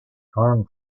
arm